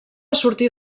sortir